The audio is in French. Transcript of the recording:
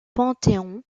panthéon